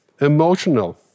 emotional